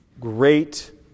great